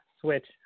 Switch